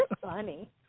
funny